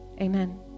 Amen